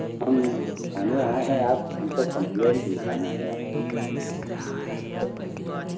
हम थाने आए हैं आप हमको कंप्लेन्ट लिखाना है आपके यहाँ